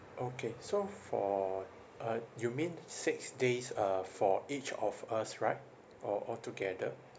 okay so for uh you mean six days uh for each of us right or or together